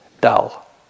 dull